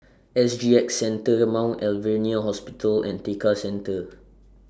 S G X Centre The Mount Alvernia Hospital and Tekka Centre